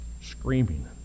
screaming